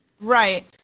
Right